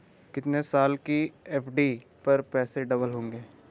कितने साल की एफ.डी पर पैसे डबल होंगे?